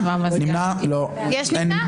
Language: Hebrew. הצבעה לא אושרו.